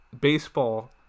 baseball